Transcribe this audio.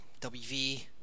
WV